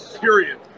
period